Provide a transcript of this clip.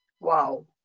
wow